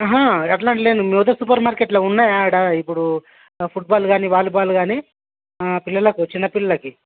అట్ల అంటలేను సూపర్ మార్కెట్లో ఉన్నాయా ఆడ ఇప్పుడు ఫూట్బాల్ కానీ వాలీబాల్ కానీ ఆ పిల్లలకు చిన్న పిల్లలకి